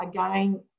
again